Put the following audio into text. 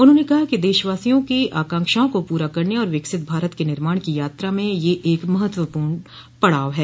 उन्होंने कहा कि देशवासियों की आकांक्षाओं को पूरा करने और विकसित भारत के निर्माण की यात्रा में यह एक महत्वपूर्ण पड़ाव है